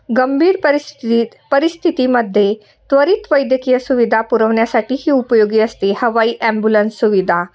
गंभीर परिस्थितीत परिस्थितीमध्ये त्वरित वैद्यकीय सुविधा पुरवण्यासाठी ही उपयोगी असते हवाई ॲम्ब्युलन्स सुविधा